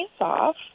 off